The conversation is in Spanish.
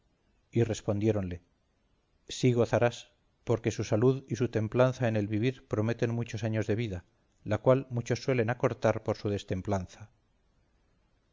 y respondiéronle sí gozarás porque su salud y su templanza en el vivir prometen muchos años de vida la cual muchos suelen acortar por su destemplanza